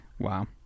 Wow